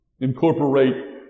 incorporate